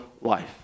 life